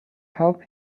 help